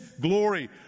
glory